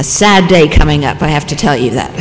a sad day coming up i have to tell you that